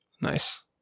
nice